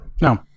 No